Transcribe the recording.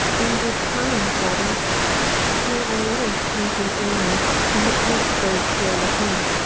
in good time, father here are letters come from ormus, and the post stays here within.